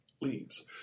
leaves